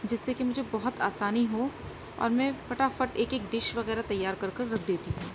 جس سے کہ مجھے بہت آسانی ہو اور میں فٹافٹ ایک ایک ڈش وغیرہ تیار کر کر رکھ دیتی ہوں